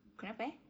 kenapa eh